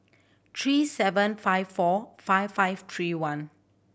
three seven five four five five three one